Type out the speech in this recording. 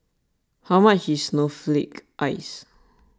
how much is Snowflake Ice